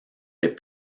les